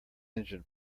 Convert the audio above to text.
engine